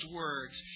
words